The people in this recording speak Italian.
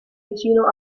vicino